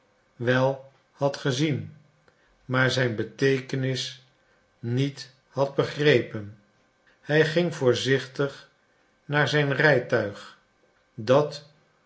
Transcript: wel had gezien maar zijn beteekenis niet had begrepen hij ging voorzichtig naar zijn rijtuig dat